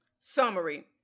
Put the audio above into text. Summary